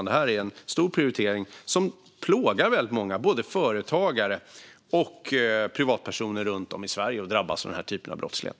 Det här är en stor prioritering då detta plågar väldigt många, både företagare och privatpersoner runt om i Sverige, som drabbas av den här typen av brottslighet.